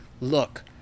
look